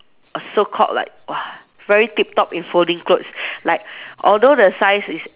a so called like !wah! very tip top in folding clothes like although the size is